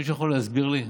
מישהו יכול להסביר לי?